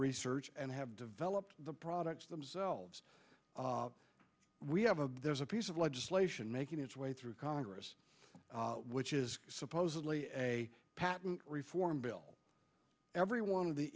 research and have developed the products themselves we have a there's a piece of legislation making its way through congress which is supposedly a patent reform bill every one of the